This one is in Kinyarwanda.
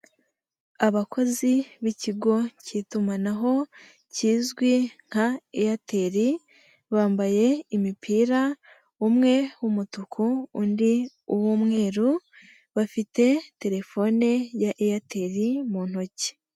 Abakozi b'ikigo cy'itumanaho, kizwi nka Airtel, bambaye imipira, umwe umutuku, undi uw'umweru, bafite telefone ya Airtel mu ntoki.